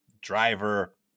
driver